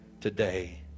today